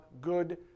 good